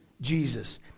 Jesus